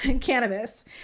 cannabis